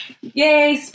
Yay